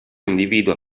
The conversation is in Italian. individua